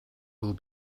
will